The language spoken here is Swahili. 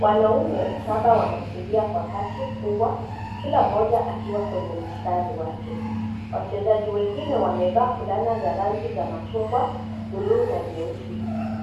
Wanaume saba wanakimbia Kwa kasi kubwa ,kila mmoja akiwa kwenye mistari wake. Wachezaji wengine wamevaa fulana za rangi za machungwa ,bluu na nyeusi.